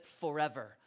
forever